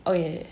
oh ya